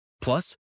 Plus